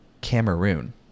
Cameroon